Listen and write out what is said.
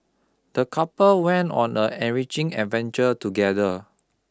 the couple went on the enriching adventure together